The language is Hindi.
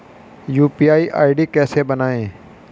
यू.पी.आई आई.डी कैसे बनाएं?